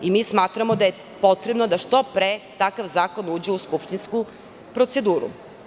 Mi smatramo da je potrebno da što pre takav zakon uđe u skupštinsku proceduru.